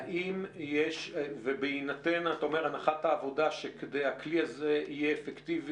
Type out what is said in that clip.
האם בהינתן הנחת העבודה שכדי שהכלי יהיה אפקטיבי